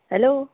hello